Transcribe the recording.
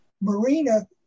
Marina